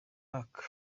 pac